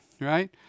right